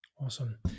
Awesome